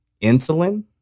insulin